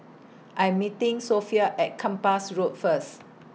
I Am meeting Sophia At Kempas Road First